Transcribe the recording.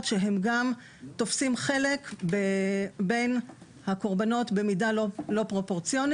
שאוכלוסייה זו גם תופסת חלק בין הקורבנות בצורה לא פרופורציונית.